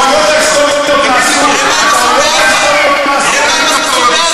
קשה לי להבין,